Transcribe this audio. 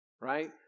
right